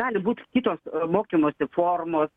gali būt kitos mokymosi formos